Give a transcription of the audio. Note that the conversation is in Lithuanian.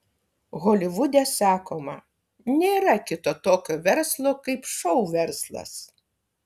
holivude sakoma nėra kito tokio verslo kaip šou verslas